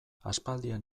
aspaldian